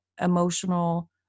emotional